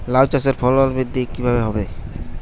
লাউ চাষের ফলন বৃদ্ধি কিভাবে হবে?